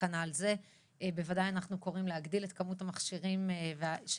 אנחנו בוודאי קוראים להגדיל את כמות המכשירים של